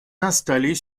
installés